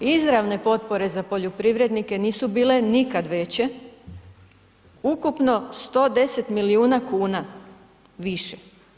Izravne potpore za poljoprivrednike nisu bile nikad veće, ukupno 110 milijuna kuna više.